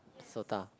SOTA